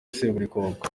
seburikoko